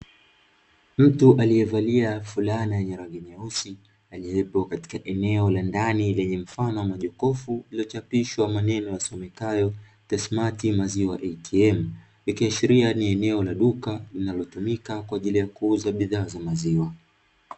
Mtu aliyevalia fulana yenye rangi nyeusi aliepo katika eneo la ndani lenye mfano wa majokofu yaliyochapishwa maneno yasomekayo "Tasmati maziwa ATM" ikiashiria ni eneo la duka linalotumika kwa ajili ya kuuza bidhaa za maziwa.